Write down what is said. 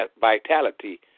Vitality